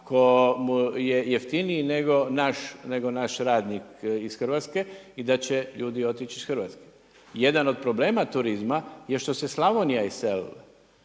mu je jeftiniji nego naš radnik iz Hrvatske i da će ljudi otići iz Hrvatske. Jedan od problema turizma je što se Slavonija iselila,